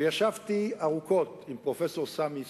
וישבתי ארוכות עם פרופסור סמי סמוחה,